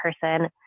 person